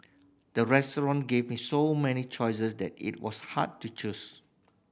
the restaurant gave me so many choices that it was hard to choose